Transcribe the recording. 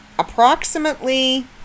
approximately